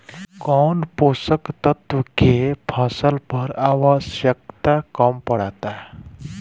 कौन पोषक तत्व के फसल पर आवशयक्ता कम पड़ता?